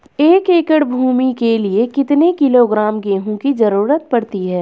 एक एकड़ भूमि के लिए कितने किलोग्राम गेहूँ की जरूरत पड़ती है?